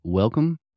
Welcome